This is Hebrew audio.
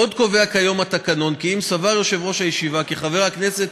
עוד קובע כיום התקנון כי אם סבר יושב-ראש הישיבה כי חבר הכנסת